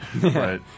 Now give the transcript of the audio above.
right